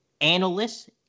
analysts